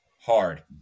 hard